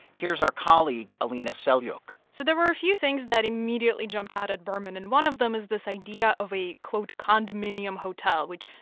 here's our colleague, alina selyukh so there were few things that immediately jumped out at berman, and one of them is this idea of a, quote, condominium hotel, which,